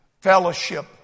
Fellowship